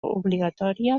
obligatòria